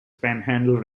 panhandle